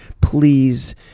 please